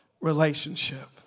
relationship